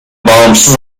bağımsız